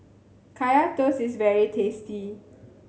Kaya Toast is very tasty